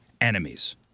enemies